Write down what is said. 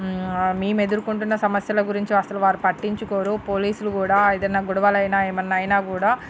మేము ఎదుర్కొంటున్న సమస్యల గురించి అసలు వారు పట్టించుకోరు పోలీసులు కూడా ఏదన్నా గొడవలు అయినా ఏమన్నా అయినా కూడా